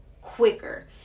quicker